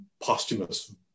posthumous